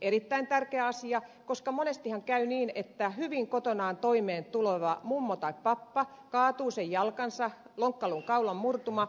erittäin tärkeä asia koska monestihan käy niin että hyvin kotonaan toimeentuleva mummo tai pappa kaatuu ja lonkkaluun kaula murtuu